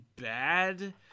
bad